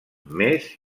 més